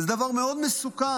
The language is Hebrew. זה דבר מאוד מסוכן,